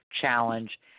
challenge